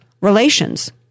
relations